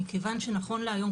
מכיוון שנכון להיום,